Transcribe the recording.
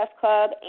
Club